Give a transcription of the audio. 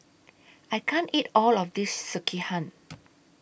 I can't eat All of This Sekihan